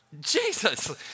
Jesus